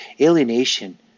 Alienation